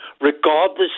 regardless